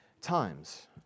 times